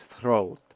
throat